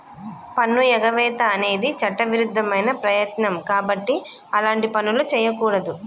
పన్నుఎగవేత అనేది చట్టవిరుద్ధమైన ప్రయత్నం కాబట్టి అలాంటి పనులు చెయ్యకూడదు